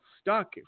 stuck